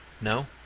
No